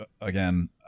again